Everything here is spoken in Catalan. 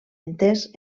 entès